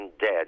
dead